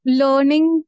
learning